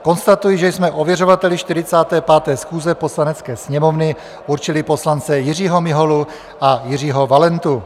Konstatuji, že jsme ověřovateli 45. schůze Poslanecké sněmovny určili poslance Jiřího Miholu a Jiřího Valentu.